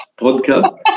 podcast